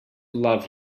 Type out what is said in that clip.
love